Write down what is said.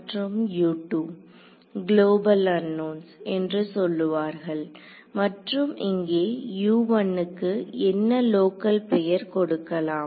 மற்றும் global unknowns என்று சொல்லுவார்கள் மற்றும் இங்கே க்கு என்ன லோக்கல் பெயர் கொடுக்கலாம்